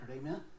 amen